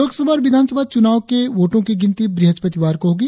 लोकसभा और विधानसभा चुनाव के वोटों की गिनती ब्रहस्पतिवार को होगी